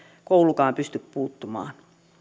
koulukaan pysty puuttumaan